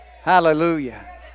Hallelujah